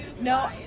No